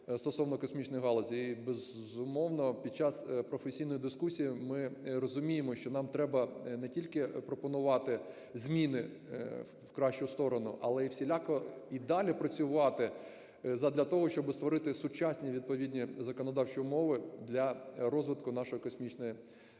стосовно космічної галузі. І, безумовно, під час професійної дискусії ми розуміємо, що нам треба не тільки пропонувати зміни в кращу сторону, але і всіляко і далі працювати задля того, щоби створити сучасні відповідні законодавчі умови для розвитку нашої космічної галузі.